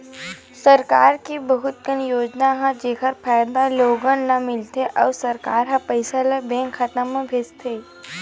सरकार के बहुत कन योजना हे जेखर फायदा लोगन ल मिलथे अउ सरकार ह पइसा ल बेंक खाता म भेजथे